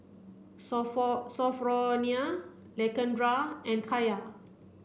Sophronia Lakendra and Kaya